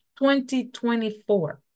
2024